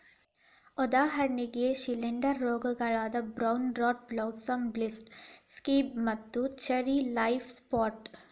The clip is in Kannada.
ಉದಾಹರಣೆಗೆ ಶಿಲೇಂಧ್ರ ರೋಗಗಳಾದ brown rot blossom blight, scab ಮತ್ತು ಚೆರ್ರಿ ಲೇಫ್ ಸ್ಪಾಟ್